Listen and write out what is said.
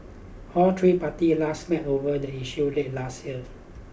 all three parties last met over the issue late last year